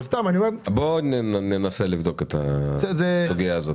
בואו ננסה לבדוק את הסוגיה הזאת.